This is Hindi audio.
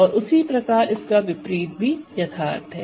और उसी प्रकार इसका विपरीत भी यथार्थ है